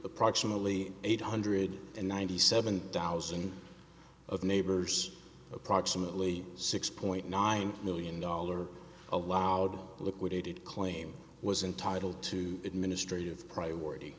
approximately eight hundred ninety seven dollars in of neighbors approximately six point nine million dollar allowed liquidated claim was entitled to administrative priority